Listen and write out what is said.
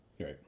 Right